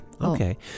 Okay